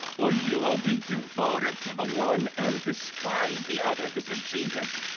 or you will be devoted to the one and despise the other. this is jesus.